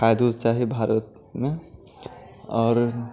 खाद ओद चाही भारतमे आओर